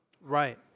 Right